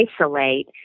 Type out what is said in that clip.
isolate